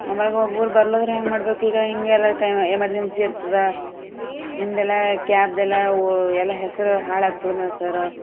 ಆಮ್ಯಾಗ ಒಬ್ಬೊಬ್ರು ಬರಲಾರದ್ರ ಹೇಗೆ ಮಾಡಬೇಕು ಈಗ ಹೀಗೆಲ್ಲ ಕೈಮ ಎಮರ್ಜೆನ್ಸಿ ಇರ್ತದ ನಿಮ್ದೆಲ್ಲ ಕ್ಯಾಬ್ದೆಲ್ಲ ಎಲ್ಲ ಹೆಸರು ಹಾಳಾಗ್ತದೆ ಮತ್ತೆ ಸರು